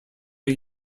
are